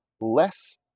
less